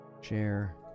share